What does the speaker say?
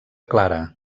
clara